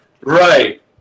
Right